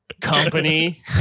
company